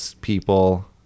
people